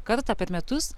kartą per metus